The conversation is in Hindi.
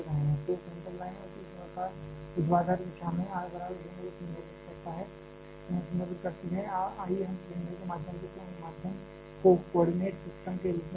तो सेंट्रल लाइन ऊर्ध्वाधर दिशा में r बराबर 0 को संदर्भित करती है आइए हम सिलेंडर के मध्य को कोऑर्डिनेट सिस्टम के रूप में लेते हैं